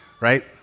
right